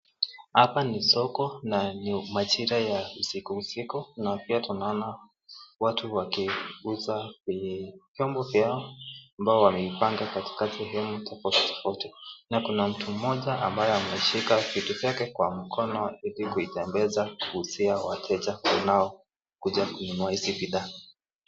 Hapa ni soko na ni majira ya usiku usiku, na pia tunaona watu wakiuza vyombo vyao ambayo wameipanga katikati vyombo tofauti tofauti, na kuna mtu mmoja ambaye ameshika vitu vyake kwa mkono wake akiitembeza kuuzia wateja wanaokuja kununua hizi bidhaa.